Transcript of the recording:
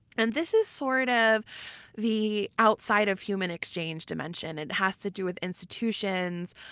and this is sort of the outside-of-human-exchange dimension. it has to do with institutions,